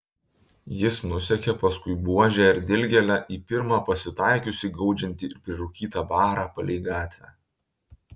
jis nusekė paskui buožę ir dilgėlę į pirmą pasitaikiusį gaudžiantį ir prirūkytą barą palei gatvę